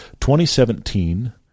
2017